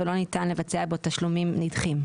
ולא ניתן לבצע בו תשלומים נדחים.